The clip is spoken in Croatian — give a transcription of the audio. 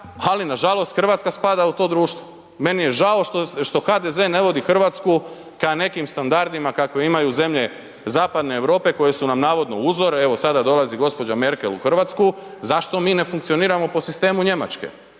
ali nažalost Hrvatska spada u to društvo. Meni je žao što HDZ ne vodi Hrvatsku kraj nekim standardima kakve imaju zemlje zapadne Europe koje su nam navodno uzor, evo sada dolazi gospođa Merkel u Hrvatsku zašto mi ne funkcioniramo po sistemu Njemačke.